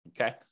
Okay